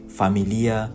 familia